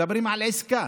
מדברים על עסקה.